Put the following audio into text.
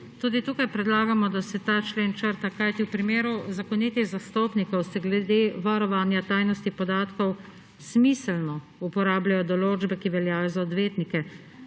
Tudi tukaj predlagamo, da se ta člen črta, kajti v primeru zakonitih zastopnikov se glede varovanja tajnosti podatkov smiselno uporabljajo določbe, ki veljajo za odvetnike.